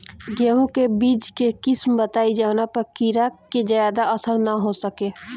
गेहूं के बीज के किस्म बताई जवना पर कीड़ा के ज्यादा असर न हो सके?